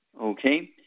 Okay